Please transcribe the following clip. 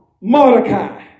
Mordecai